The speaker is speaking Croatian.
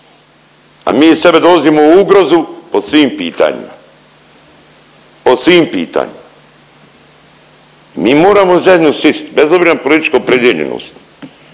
a mi sebe dovozimo u ugrozu po svim pitanjima, po svim pitanjima. Mi moramo zajedno sist bez obzira na političku opredijeljenost.